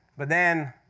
but then